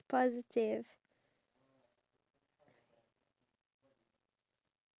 what is one of the weirdest thing that you have googled recently